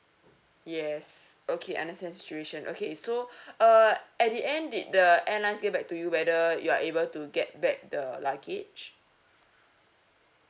yes okay understand your situation okay so uh at the end did the airlines get back to you whether you are able to get back the luggage